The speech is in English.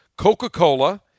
Coca-Cola